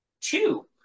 Two